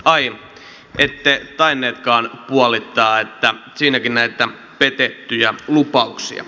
ai ette tainneetkaan puolittaa että siinäkin näitä petettyjä lupauksia